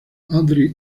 audrey